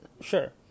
sure